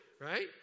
right